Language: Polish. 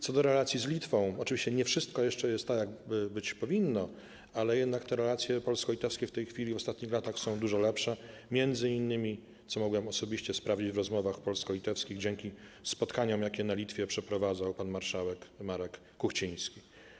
Co do relacji z Litwą, to oczywiście nie wszystko jest jeszcze tak, jak być powinno, jednak relacje polsko-litewskie w tej chwili, w ostatnich latach są dużo lepsze, m.in. - co mogłem osobiście sprawdzić w rozmowach polsko-litewskich - dzięki spotkaniom, jakie na Litwie przeprowadzał pan marszałek Marek Kuchciński.